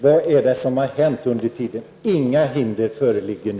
Vad är det som hänt under tiden?